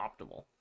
optimal